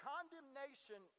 Condemnation